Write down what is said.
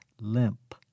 limp